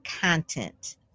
content